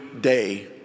day